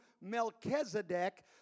Melchizedek